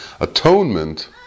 Atonement